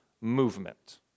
movement